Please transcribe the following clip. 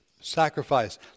sacrifice